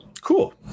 cool